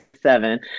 seven